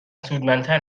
سودمندتر